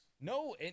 No